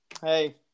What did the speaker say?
Hey